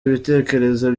ibitekerezo